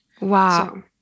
Wow